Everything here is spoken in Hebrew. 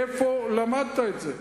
איפה למדת את זה?